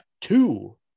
two